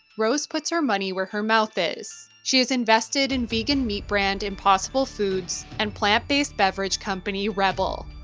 rose puts her money where her mouth is. she has invested in vegan meat brand impossible foods and plant-based beverage company rebbl.